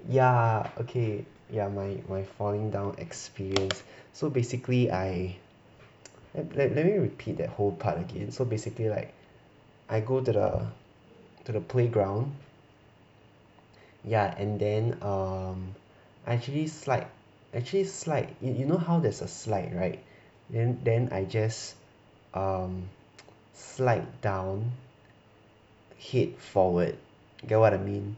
ya okay ya my my falling down experience so basically I let let me repeat that whole part again so basically [right] I go to the to the playground ya and then um I actually slide actually slide in you know how there's a slide right then then I just um slide down head forward you get what I mean